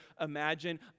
imagine